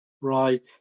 Right